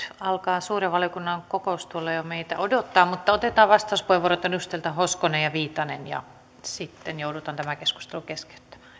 alkaa suuren valiokunnan kokous tuolla meitä jo odottaa mutta otetaan vastauspuheenvuorot edustajilta hoskonen ja viitanen ja sitten joudutaan tämä keskustelu keskeyttämään